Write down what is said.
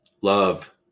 Love